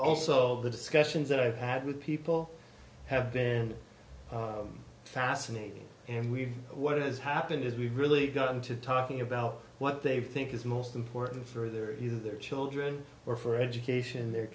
also the discussions that i've had with people have been fascinating and we've what is happened is we really got into talking about what they think is most important for their either children or for education in their